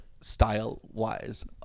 Style-wise